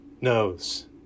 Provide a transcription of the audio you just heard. knows